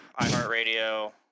iHeartRadio